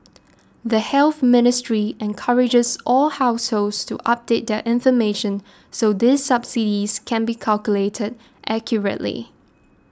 the Health Ministry encourages all households to update their information so these subsidies can be calculated accurately